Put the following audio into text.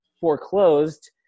foreclosed